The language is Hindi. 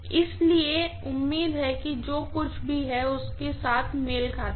इसलिए उम्मीद है कि जो कुछ भी है उसके साथ मेल खाता है